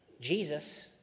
Jesus